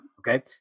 Okay